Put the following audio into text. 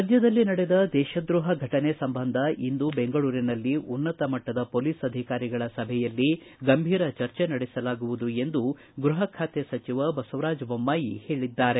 ರಾಜ್ಯದಲ್ಲಿ ನಡೆದ ದೇಶದ್ರೋಹ ಘಟನೆ ಸಂಬಂಧ ಇಂದು ಬೆಂಗಳೂರಿನಲ್ಲಿ ಉನ್ನತ ಮಟ್ಟದ ಹೊಲೀಸ್ ಅಧಿಕಾರಿಗಳ ಸಭೆಯಲ್ಲಿ ಗಂಭೀರ ಚರ್ಚೆ ನಡೆಸಲಾಗುವುದು ಎಂದು ಗೃಹ ಖಾತೆ ಸಚಿವ ಬಸವರಾಜ್ ಜೊಮ್ಮಾಯಿ ಹೇಳಿದ್ದಾರೆ